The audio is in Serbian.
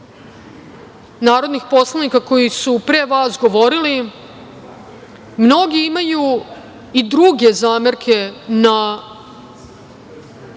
narodnih poslanika koji su pre vas govorili, mnogi imaju i druge zamerke na